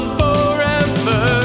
forever